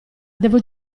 devo